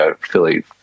Philly